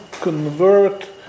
convert